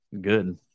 Good